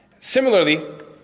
Similarly